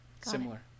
similar